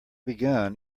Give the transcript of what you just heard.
begun